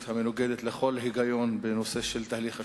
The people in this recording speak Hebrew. המנוגדת לכל היגיון בנושא של תהליך השלום.